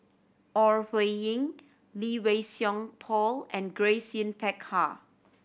Ore Huiying Lee Wei Song Paul and Grace Yin Peck Ha